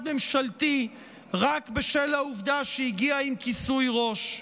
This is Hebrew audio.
ממשלתי רק בשל העובדה שהיא הגיעה עם כיסוי ראש.